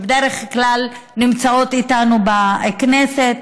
שבדרך כלל נמצאות איתנו בכנסת,